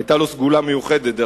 היתה לו סגולה מיוחדת.